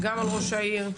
גם על ראש העיר.